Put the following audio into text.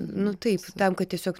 nu taip tam kad tiesiog